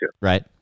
Right